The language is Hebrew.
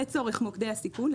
לטובת העניין של מוקדי הסיכון,